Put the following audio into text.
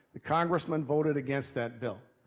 the congressman voted against that bill.